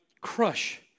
crush